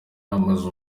amazu